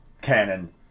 cannon